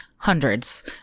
hundreds